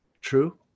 true